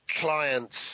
client's